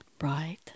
Right